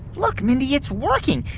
look, mindy. it's working.